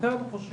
אני מניח שיש